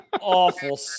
awful